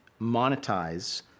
monetize